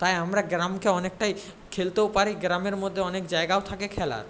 তাই আমরা গ্রামকে অনেকটাই খেলতেও পারি গ্রামের মধ্যে অনেক জায়গাও থাকে খেলার